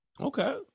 Okay